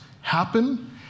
happen